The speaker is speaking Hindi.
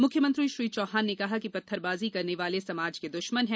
मुख्यमंत्री श्री चौहान ने कहा कि पत्थरबाजी करने वाले समाज के द्रश्मन हैं